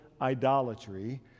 idolatry